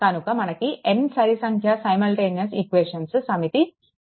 కనుక మనకు n సరి సంఖ్య సైమల్టేనియస్ ఈక్వెషన్స్ సమితి ఉంది